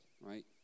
right